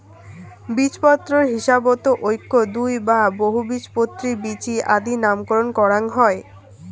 বীজপত্রর হিসাবত এ্যাক, দুই বা বহুবীজপত্রী বীচি আদি নামকরণ করাং হই